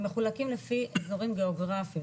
הם מחולקים לפי אזורים גיאוגרפיים,